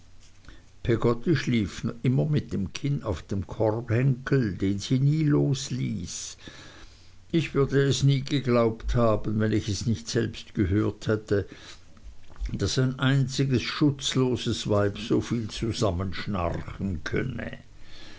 peggotty schlief immer mit dem kinn auf dem korbhenkel den sie nie losließ ich würde nie geglaubt haben wenn ich es nicht selbst gehört hätte daß ein einziges schutzloses weib soviel zusammenschnarchen könne